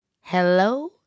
Hello